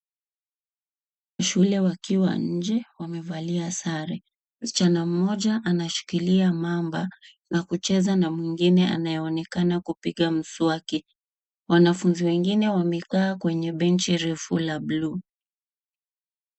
Shule wakiwa nje wamevalia sare. Msichana mmoja anashikilia mamba na kucheza na mwingine anayeonekana kupiga mswaki. wanafunzi wengine wamekaa kwenye benji refu la blue .